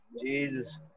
Jesus